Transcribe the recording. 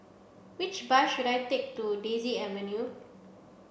which bus should I take to Daisy Avenue